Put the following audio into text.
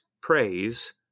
praise